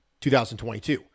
2022